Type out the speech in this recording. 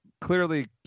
clearly